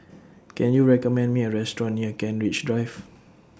Can YOU recommend Me A Restaurant near Kent Ridge Drive